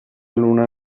luna